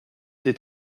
t’ai